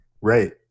Right